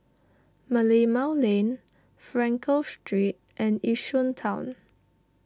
Merlimau Lane Frankel Street and Yishun Town